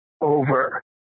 over